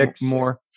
more